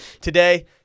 Today